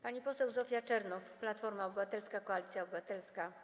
Pani poseł Zofia Czernow, Platforma Obywatelska - Koalicja Obywatelska.